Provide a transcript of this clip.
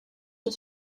des